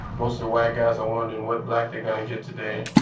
most of the white guys are wondering what black they're going to get today.